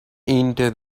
into